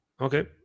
Okay